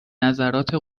نظرات